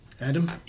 Adam